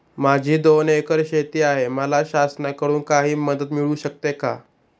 माझी दोन एकर शेती आहे, मला शासनाकडून काही मदत मिळू शकते का?